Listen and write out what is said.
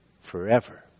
forever